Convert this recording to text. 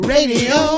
Radio